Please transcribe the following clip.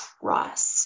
trust